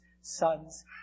sons